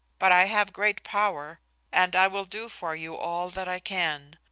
but i have great power and i will do for you all that i can.